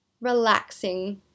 relaxing